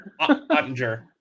Ottinger